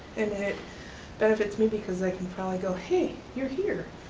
and it benefits me because i can finally go hey, you're here,